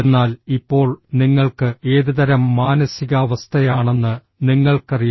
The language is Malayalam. എന്നാൽ ഇപ്പോൾ നിങ്ങൾക്ക് ഏതുതരം മാനസികാവസ്ഥയാണെന്ന് നിങ്ങൾക്കറിയാം